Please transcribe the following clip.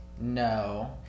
no